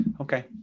okay